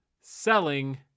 selling